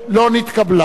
לא נתקבלה.